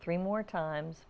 three more times